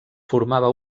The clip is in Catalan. formava